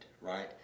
right